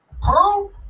Pearl